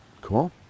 Cool